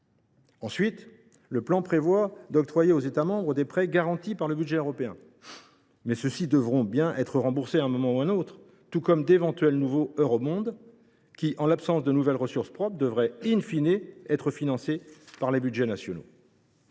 Ensuite, le plan prévoit d’octroyer aux États membres des prêts garantis par le budget européen. Mais ceux ci devront bien être remboursés, tout comme d’éventuels nouveaux qui, en l’absence de nouvelles ressources propres, devraient être financés par les budgets nationaux.